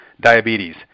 diabetes